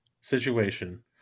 situation